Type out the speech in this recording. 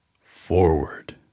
forward